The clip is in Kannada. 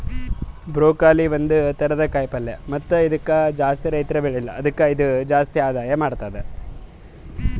ಬ್ರೋಕೊಲಿ ಒಂದ್ ಥರದ ಕಾಯಿ ಪಲ್ಯ ಮತ್ತ ಇದುಕ್ ಜಾಸ್ತಿ ರೈತುರ್ ಬೆಳೆಲ್ಲಾ ಆದುಕೆ ಇದು ಜಾಸ್ತಿ ಆದಾಯ ಮಾಡತ್ತುದ